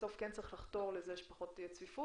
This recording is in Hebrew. בסוף כן צריך לחתור לכך שתהיה פחות צפיפות.